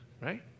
right